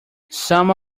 some